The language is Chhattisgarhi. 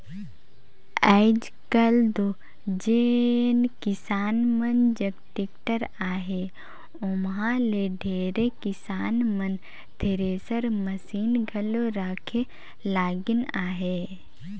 आएज काएल दो जेन किसान मन जग टेक्टर अहे ओमहा ले ढेरे किसान मन थेरेसर मसीन घलो रखे लगिन अहे